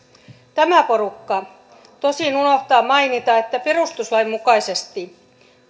tämä porukka tosin unohtaa mainita että perustuslain mukaisesti